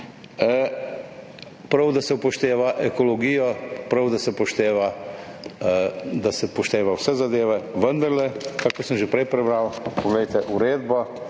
Prav je, da se upošteva ekologijo, prav je, da se upošteva vse zadeve. Vendar kot sem že prej prebral, poglejte, uredba